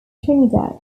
trinidad